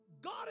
God